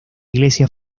iglesia